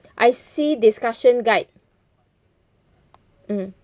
I see discussion guide mm